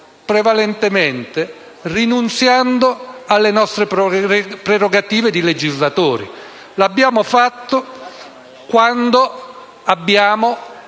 prevalentemente rinunziando alle nostre prerogative di legislatori. L'abbiamo fatto quando abbiamo